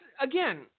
again